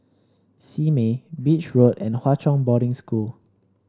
Simei Beach Road and Hwa Chong Boarding School